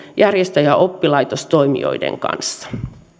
järjestö ja ja oppilaitostoimijoiden kanssa